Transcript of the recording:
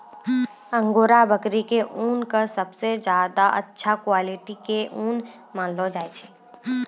angora बकरी के ऊन कॅ सबसॅ ज्यादा अच्छा क्वालिटी के ऊन मानलो जाय छै